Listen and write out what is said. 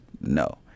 no